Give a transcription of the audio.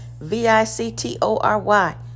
V-I-C-T-O-R-Y